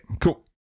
cool